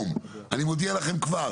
מודיע לכם כבר